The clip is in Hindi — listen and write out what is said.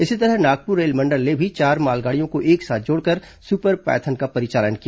इसी तरह नागपुर रेलमंडल ने भी चार मालगाड़ियों को एक साथ जोड़कर सुपर पायथन का परिचालन किया